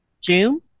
June